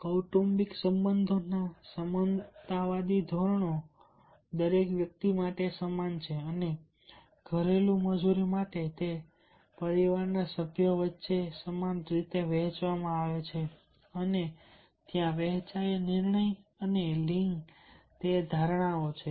કૌટુંબિક સંબંધોના સમાનતાવાદી ધોરણો છે દરેક વ્યક્તિ સમાન છે અને ઘરેલું મજૂરી માટે તે પરિવારના સભ્ય વચ્ચે સમાન રીતે વહેંચવામાં આવે છે અને ત્યાં વહેંચાયેલ નિર્ણય અને લિંગ તે ધારણાઓ છે